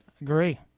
Agree